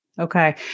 Okay